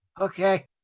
Okay